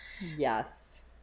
Yes